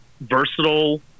versatile